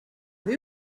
was